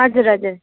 हजुर हजुर